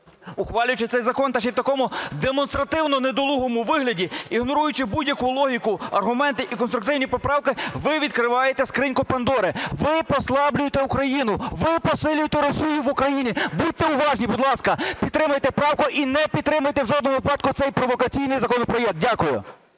Ухвалюючи цей закон та ще й у такому демонстративно недолугому вигляді, ігноруючи будь-яку логіку, аргументи і конструктивні поправки, ви відкриваєте скриньку Пандори, ви послаблюєте Україну, ви посилюєте Росію в Україні. Будьте уважні, будь ласка. Підтримайте правку і не підтримуйте в жодному випадку цей провокаційний законопроект. Дякую.